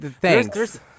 thanks